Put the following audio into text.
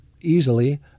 easily